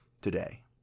today